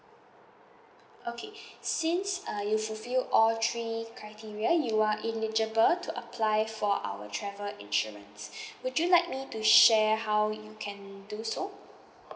okay since uh you fulfil all three criteria you are eligible to apply for our travel insurance would you like me to share how you can do so